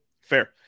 Fair